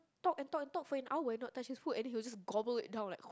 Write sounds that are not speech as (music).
talk and talk and talk for an hour not touches food and then he will just gobble it down like (noise)